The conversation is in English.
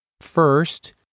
First